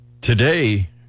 Today